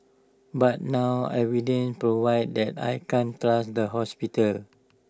but now evidence provide that I can't trust the hospital